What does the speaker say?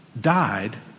died